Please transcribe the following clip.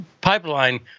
pipeline